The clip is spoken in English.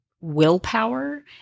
willpower